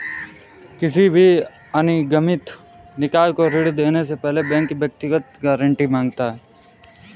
किसी भी अनिगमित निकाय को ऋण देने से पहले बैंक व्यक्तिगत गारंटी माँगता है